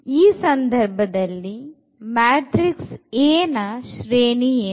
ಈ ಸಂದರ್ಭದಲ್ಲಿ matrix A ನ ಶ್ರೇಣಿ ಏನು